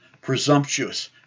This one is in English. presumptuous